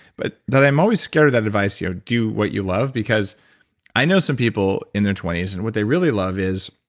but i'm always scared of that advice here, do what you love, because i know some people in their twenty s and what they really love is